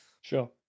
sure